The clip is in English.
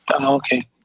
Okay